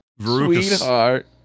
Sweetheart